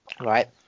right